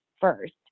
first